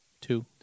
Two